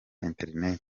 internet